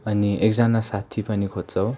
अनि एकजना साथी पनि खोज्छौँ